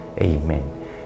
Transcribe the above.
Amen